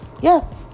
yes